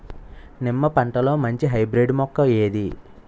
నిమ్మ పంటలో మంచి హైబ్రిడ్ మొక్క ఏది?